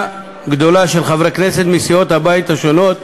גדולה של חברי כנסת מסיעות הבית השונות.